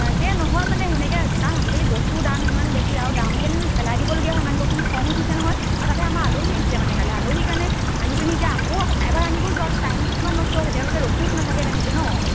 তাকে নহয় মানে সেনেকৈ কাৰণ আজিকালি বস্তুৰ দাম ইমান বেছি আৰু দাম দি আনি যদি পেলাই দিবলগীয়া হয় মাংসখিনি খং উঠিছে নহয় আৰু তাতে আমাৰ আলহী আহিছিলে মানে কালি আলহীৰ কাৰণে আনি পিনে এতিয়া আকৌ এবাৰ আনিব যোৱাটো টাইমটো কিমান নষ্ট হৈছে তেওঁলোকে ৰখিওতো নাথাকে তেনেকৈ ন